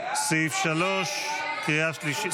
קריאה שלישית.